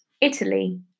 Italy